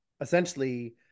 essentially